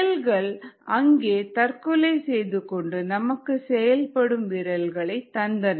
செல்கள் அங்கே தற்கொலை செய்துகொண்டு நமக்கு செயல்படும் விரல்களை தந்தன